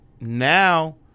now